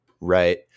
Right